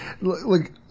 Look